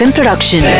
Production